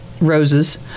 roses